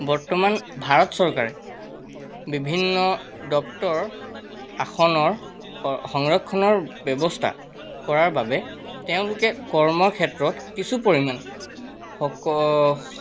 বৰ্তমান ভাৰত চৰকাৰে বিভিন্ন দপ্তৰ আসনৰ স সংৰক্ষণৰ ব্যৱস্থা কৰাৰ বাবে তেওঁলোকে কৰ্মক্ষেত্ৰত কিছু পৰিমাণে সক